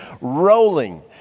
rolling